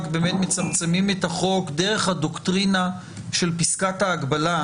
באמת מצמצמים את החוק דרך הדוקטרינה של פסקת ההגבלה,